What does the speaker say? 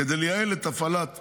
כדי לייעל את הפעלת המערך,